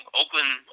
Oakland